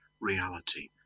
reality